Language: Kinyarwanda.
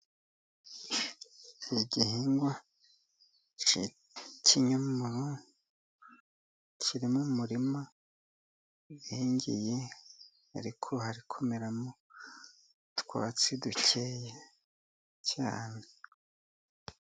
Igihingwa cy'ikinyomoro, kiri mumurima uhingiye, ariko harikumeramo n' utwatsi dukeya cyane.